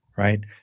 right